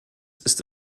ist